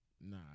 Nah